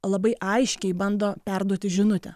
labai aiškiai bando perduoti žinutę